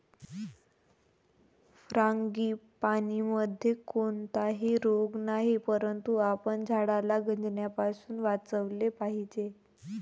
फ्रांगीपानीमध्ये कोणताही रोग नाही, परंतु आपण झाडाला गंजण्यापासून वाचवले पाहिजे